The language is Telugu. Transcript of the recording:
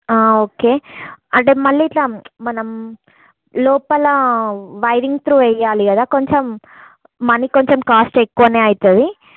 ఓకే అంటే మళ్ళీ ఇలా మనం లోపల వైరింగ్ త్రూ వెయ్యాలి కదా కొంచెం మనీ కొంచెం కాస్ట్ ఎక్కువే అవుతుంది